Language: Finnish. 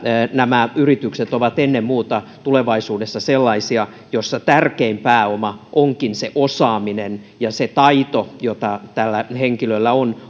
nämä yritykset ovat ennen muuta tulevaisuudessa sellaisia joissa tärkein pääoma onkin se osaaminen ja se taito jota tällä henkilöllä on